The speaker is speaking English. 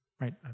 Right